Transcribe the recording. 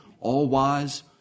all-wise